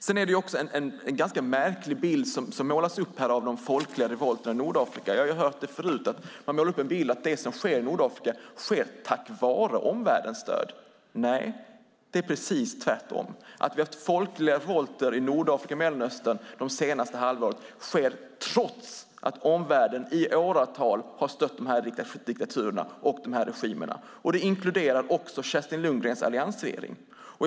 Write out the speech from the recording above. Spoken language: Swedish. En ganska märklig bild målas här upp av de folkliga revolterna i Nordafrika. Jag har också förut hört det. Man målar upp en bild av att det som sker i Nordafrika sker tack vare omvärldens stöd. Nej, det är precis tvärtom! De folkliga revolterna i Nordafrika och Mellanöstern under det senaste halvåret sker trots att omvärlden i åratal har stött diktaturerna och regimerna i fråga. Här inkluderas också Kerstin Lundgrens alliansregering.